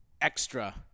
extra